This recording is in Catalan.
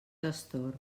destorb